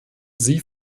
sie